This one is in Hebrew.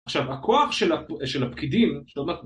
עכשיו הכוח של ה, של הפקידים